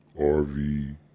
RV